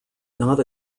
not